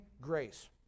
grace